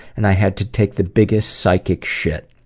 and i had to take the biggest psychic shit.